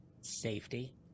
Safety